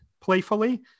playfully